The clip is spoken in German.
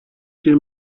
den